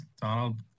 Donald